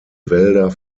wälder